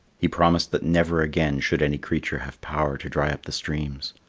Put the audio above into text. he promised that never again should any creature have power to dry up the streams.